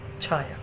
Chaya